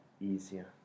easier